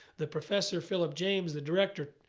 the professor, phillip james, the director,